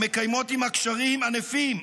המקיימות עימה קשרים ענפים,